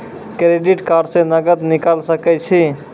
Credit card से नगद निकाल सके छी?